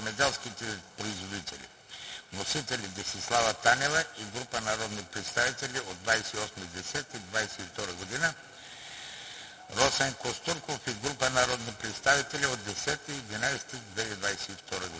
Росен Костурков и група народни представители на 10 ноември 2022 г.